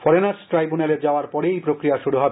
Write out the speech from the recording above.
foreigners ট্রাইব্যুনালে যাওয়ার পরেই এই প্রক্রিয়া শুরু হবে